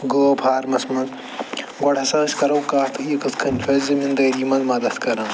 گٲو فارمَس منٛز گۄڈٕ ہَسا أسۍ کَرو کَتھ یہِ کِتھ کٔنۍ چھُ اَسہِ زٔمیٖدٲری منٛز مدتھ کَران